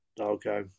Okay